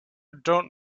don’t